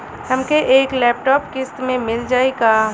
हमके एक लैपटॉप किस्त मे मिल जाई का?